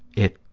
it,